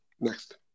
Next